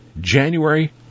January